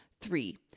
Three